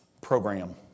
Program